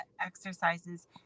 exercises